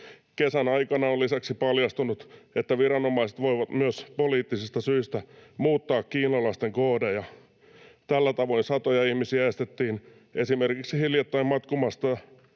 Kesän aikana on lisäksi paljastunut, että viranomaiset voivat myös poliittisista syistä muuttaa kiinalaisten koodeja. Tällä tavalla satoja ihmisiä estettiin esimerkiksi hiljattain matkustamasta